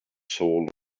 soul